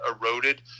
eroded